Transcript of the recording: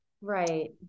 Right